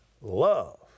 love